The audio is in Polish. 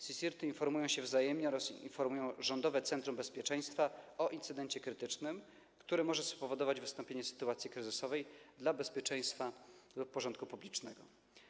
CSIRT-y informują się wzajemnie oraz informują Rządowe Centrum Bezpieczeństwa o incydencie krytycznym, który może spowodować wystąpienie sytuacji kryzysowej dla bezpieczeństwa lub porządku publicznego.